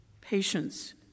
patience